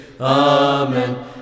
Amen